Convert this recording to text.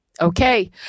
Okay